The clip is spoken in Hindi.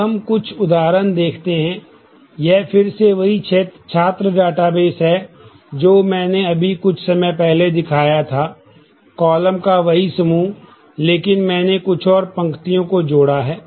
अब हम कुछ उदाहरण देखते हैं यह फिर से वही छात्र डेटाबेस का वही समूह लेकिन मैंने कुछ और पंक्तियों को जोड़ा है